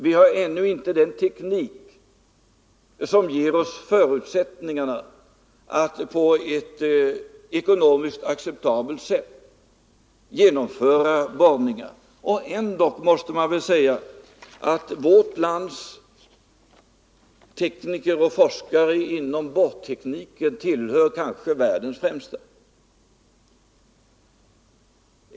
Vi har ännu inte den teknik som ger oss förutsättningarna att på ett ekonomiskt acceptabelt sätt genomföra borrningar. Ändock måste man väl säga att vårt lands tekniker och forskare inom borrtekniken kanske tillhör världens främsta.